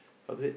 opposite